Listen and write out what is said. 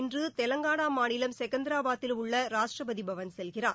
இன்று தெலங்கனா மாநிலம் செகந்த்ராபாத்தில் உள்ள ராஷ்ட்ரபதி பவன் செல்கிறார்